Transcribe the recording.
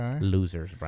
Losers